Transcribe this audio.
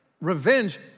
revenge